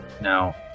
Now